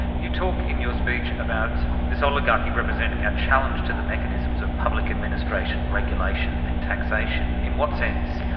you talk in your speech about this oligarchy representing a challenge to the mechanisms of public administration, regulation and taxation. in what sense?